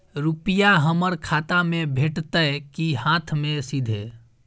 रुपिया हमर खाता में भेटतै कि हाँथ मे सीधे?